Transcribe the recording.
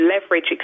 leverage